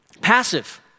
passive